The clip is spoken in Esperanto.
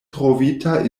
trovita